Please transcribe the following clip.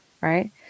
Right